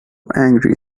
angry